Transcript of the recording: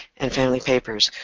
and family papers,